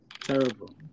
Terrible